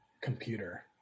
computer